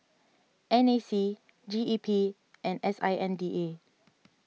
N A C G E P and S I N D A